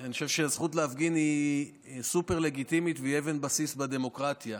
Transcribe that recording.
ואני חושב שהזכות להפגין היא סופר-לגיטימית והיא אבן בסיס בדמוקרטיה.